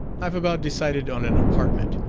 i've about decided on an apartment.